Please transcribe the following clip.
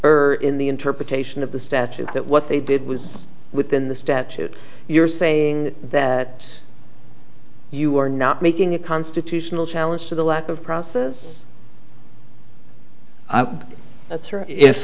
didn't in the interpretation of the statute that what they did was within the statute you're saying that you are not making a constitutional challenge to the lack of process that's